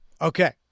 Okay